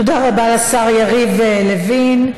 תודה רבה לשר יריב לוין.